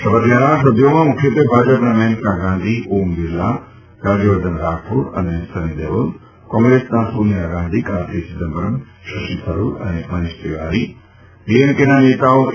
શપથ લેનાર સભ્યોમાં મુખ્યત્વે ભાજપના મેનકા ગાંધી ઓમ બિરલા રાજયવર્ધન રાઠોર અને સની દેઓલ કોંગ્રેસના સોનિયા ગાંધી કાર્તી ચિદમ્બરમ શશી થરૂર અને મનીષ તિવારી ડીએમકેના નેતાઓ એ